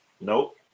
Nope